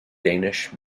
danish